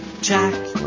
Jack